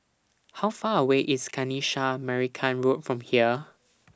How Far away IS Kanisha Marican Road from here